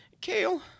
Kale